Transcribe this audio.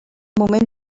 moment